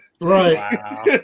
Right